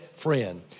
friend